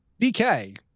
BK